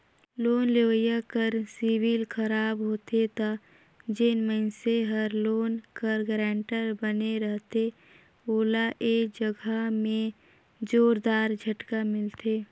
loan लेवइया कर CIBIL खराब होथे ता जेन मइनसे हर लोन कर गारंटर बने रहथे ओला ए जगहा में जोरदार झटका मिलथे